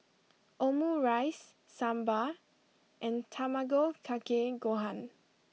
Omurice Sambar and Tamago Kake Gohan